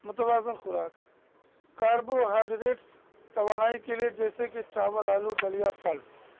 متوازن خوراک کاربوہائڈریٹس توانائی کے لیے جیسے کہ چاول آلو دلیا پھل